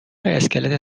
اسکلت